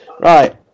right